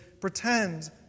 pretend